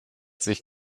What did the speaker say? sich